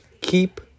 keep